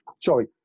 sorry